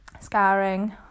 scarring